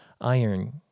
iron